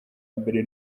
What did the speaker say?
mbere